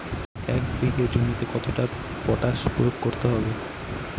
এক বিঘে জমিতে কতটা পটাশ প্রয়োগ করতে হবে?